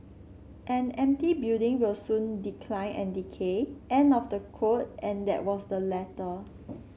an empty building will soon decline and decay end of the quote and that was the letter